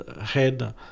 head